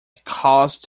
caused